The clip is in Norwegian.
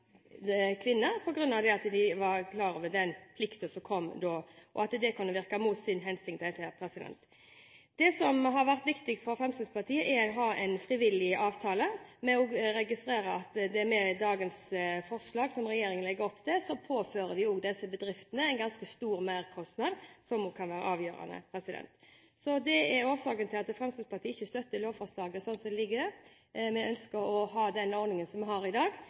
kvinner på grunn av at de var klar over den plikten som da kom, og at det kunne virke mot sin hensikt. Det som har vært viktig for Fremskrittspartiet, er å ha en frivillig avtale. Vi registrerer også at med dagens forslag, som regjeringen legger opp til, påfører vi disse bedriftene en ganske stor merkostnad, som også kan være avgjørende. Det er årsaken til at Fremskrittspartiet ikke støtter lovforslaget sånn som det ligger. Vi ønsker å ha den ordningen som vi har i dag,